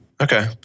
Okay